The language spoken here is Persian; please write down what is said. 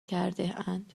کردهاند